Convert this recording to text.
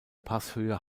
passhöhe